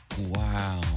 Wow